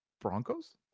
Broncos